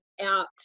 out